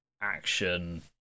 action